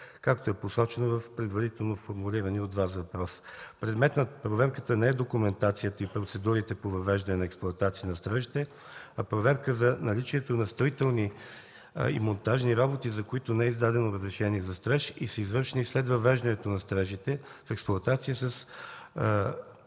както е посочено в предварително формулирания от Вас въпрос. Предмет на проверката не е документацията и процедурите по въвеждане в експлоатация на строежите, а проверка за наличието на строителни и монтажни работи, за които не е издадено разрешение за строеж и са извършени след въвеждането на строежите в експлоатация, с